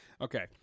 Okay